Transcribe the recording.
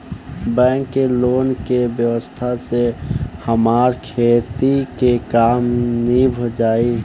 bank के loan के व्यवस्था से हमार खेती के काम नीभ जाई